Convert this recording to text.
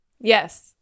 yes